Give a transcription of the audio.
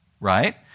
Right